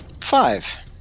Five